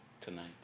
tonight